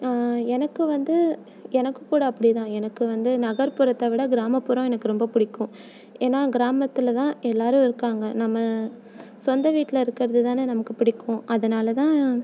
எனக்கு வந்து எனக்குக்கூட அப்படிதான் எனக்கு வந்து நகர்புறத்தைவிட கிராமப்புறம் எனக்கு ரொம்ப பிடிக்கும் ஏன்னால் கிராமத்தில்தான் எல்லாரும் இருக்காங்க நம்ம சொந்த வீட்டில் இருக்கறதுதானே நமக்குப் பிடிக்கும் அதனால்தான்